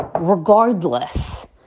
Regardless